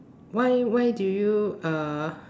why why do you uh